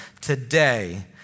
today